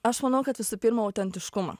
aš manau kad visų pirma autentiškumą